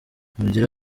mugire